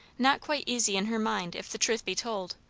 not quite easy in her mind, if the truth be told,